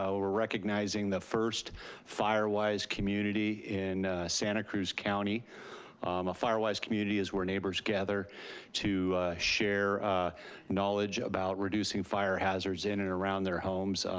ah we're recognizing the first fire wise community in santa cruz county. a fire wise community is where neighbors gather to share knowledge about reducing fire hazards in and around their homes,